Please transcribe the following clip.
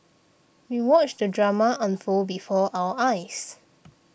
we watched the drama unfold before our eyes